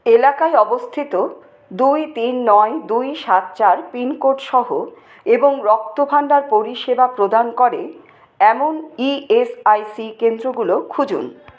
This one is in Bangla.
এলাকায় অবস্থিত দুই তিন নয় দুই সাত চার পিনকোড সহ এবং রক্তভাণ্ডার পরিষেবা প্রদান করে এমন ই এস আই সি কেন্দ্রগুলো খুঁজুন